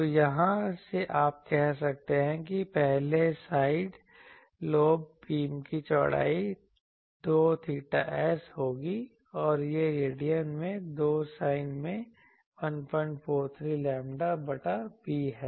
तो यहाँ से आप कह सकते हैं कि पहले साइड लोब बीम की चौड़ाई 2𝚹s होगी और यह रेडियन में 2 sin में 143 लैम्ब्डा बटा b है